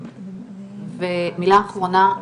מילה אחרונה,